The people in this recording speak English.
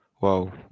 Wow